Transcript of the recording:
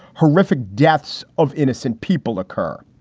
horrific deaths of innocent people occur.